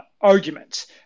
Arguments